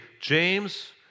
James